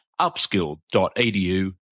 upskill.edu